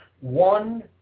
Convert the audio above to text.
One